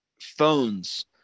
Phones